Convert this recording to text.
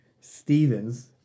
Stevens